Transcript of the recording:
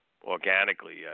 organically